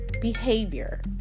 behavior